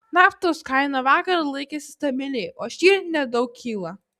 naftos kaina vakar laikėsi stabiliai o šįryt nedaug kyla